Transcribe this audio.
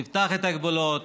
תפתח את הגבולות,